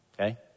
Okay